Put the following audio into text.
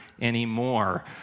anymore